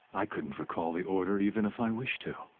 i couldn't recall the order, even if i wished to.